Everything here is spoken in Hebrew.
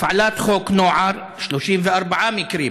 הפעלת חוק נוער, 34 מקרים,